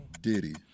Diddy